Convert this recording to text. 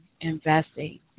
Investing